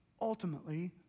Ultimately